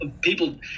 people